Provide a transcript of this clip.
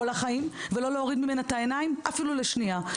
החיים ולא להוריד ממנה את העיניים אפילו לשנייה.